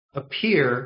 appear